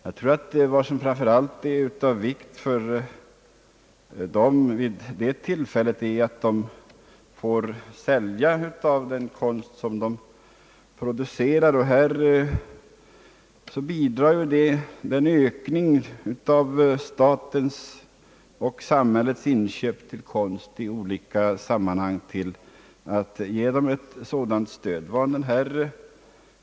Jag tror att vad som framför allt är av vikt för de yngre konstnärerna är att de får sälja av den konst de producerar. Här bidrar ökningen av statens och samhällets inköp av konst i olika sammanhang till att ge dem ett sådant stöd.